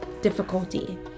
difficulty